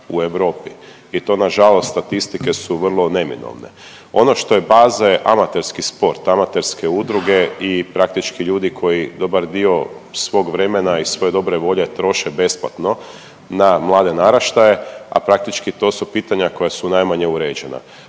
u Europi i to nažalost statistike su vrlo neminovne. Ono što je baza amaterski sport, amaterske udruge i praktički ljudi koji dobar dio svog vremena i svoje dobre volje troše besplatno na mlade naraštaje, a praktički to su pitanja koja su najmanje uređena.